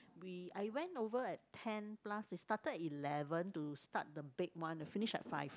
we I went over at ten plus it started at eleven to start the bake one the finish at five